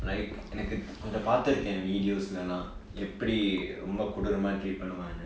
like எனக்கு கொன்ஜொ பாத்துருக்கேன்:enakku konjo paathuruken videos எப்படி கொடுரமா:eppadi koduramaa treat பன்னுவஅங்கனு:pannuvaanganu